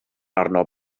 arno